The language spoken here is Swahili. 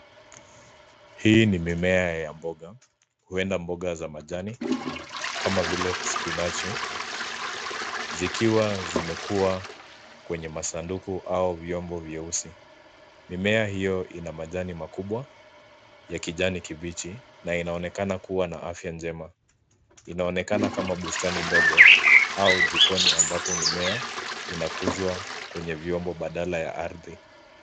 Hii ni mimea ya mboga, huenda mboga za majani kama vile spinachi zikiwa zimekua kwenye masanduku au vyombo vyeusi. Mimea hio ina majani makubwa ya kijani kibichi na inanekana kuwa na afya njema. Inaonekana kama bustani ndogo au jikoni ambapo mimea inakuzwa kwenye vyombo badala ya ardhi.